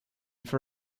for